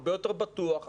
הרבה יותר בטוח,